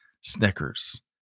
Snickers